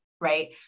right